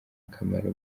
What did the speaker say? akamaro